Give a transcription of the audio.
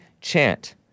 Chant